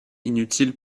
inutiles